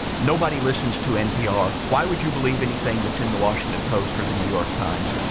nobody listens to npr. why would you believe anything that's in the washington post or the new york times?